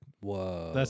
Whoa